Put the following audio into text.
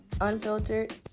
unfiltered